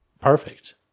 perfect